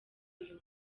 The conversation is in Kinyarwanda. uyu